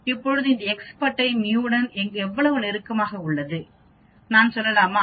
இப்போது இந்த எக்ஸ் பட்டை μ உடன் எவ்வளவு நெருக்கமாக உள்ளது நான் சொல்லலாமா